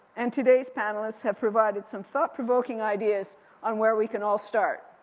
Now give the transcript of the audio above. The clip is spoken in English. and, today's panelists have provided some thought provoking ideas on where we can all start.